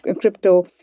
crypto